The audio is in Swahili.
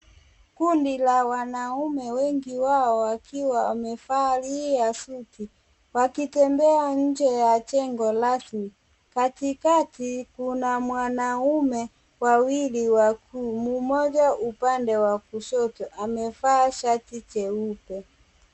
Kundi la wanaume ,wengi wao wakiwa wamevalia suti wakitembea nje ya jengo rasmi. Katikati kuna wanaume wawili wakuu mmoja upande wa kushoto amevaa shati jeupe.